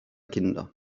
kinder